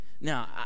Now